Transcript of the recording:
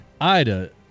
Ida